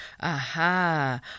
Aha